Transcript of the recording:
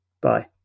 Bye